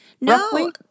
No